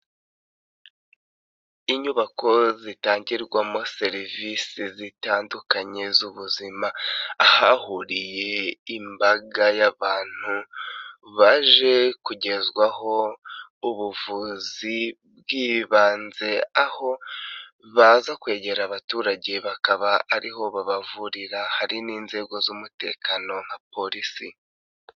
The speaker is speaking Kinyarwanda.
Inyubako zitangirwamo serivisi zitandukanye zubu ubuzima, ahahuriye imbaga y'abantu, baje kugezwaho ubuvuzi bw'ibanze, aho baza kwegera abaturage bakaba ariho babavurira, hari n'inzego z'umutekano nka polisi.